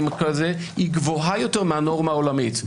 כאלה היא גבוהה יותר מהנורמה העולמית.